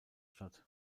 statt